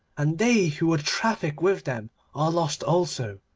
and they who would traffic with them are lost also.